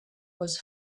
was